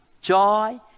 joy